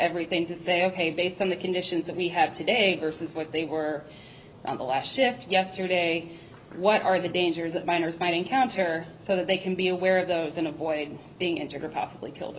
everything to their cave based on the conditions that we have today versus what they were on the last shift yesterday what are the dangers that miners might encounter so that they can be aware of those in avoid being interger possibly killed